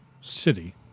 city